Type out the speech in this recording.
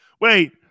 Wait